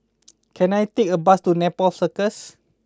can I take a bus to Nepal Circus